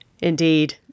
Indeed